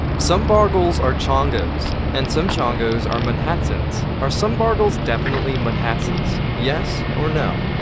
some bargles are chongos and some chongos are munhattsens. are some bargles definitely munhattsens? yes or no?